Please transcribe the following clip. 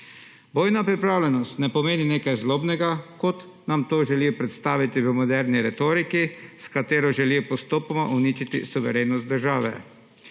Bojna pripravljenost ne pomeni nekaj zlobnega, kot nam to želijo predstaviti v moderni retoriki, s katero želijo postopoma uničiti suverenost države.